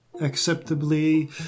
acceptably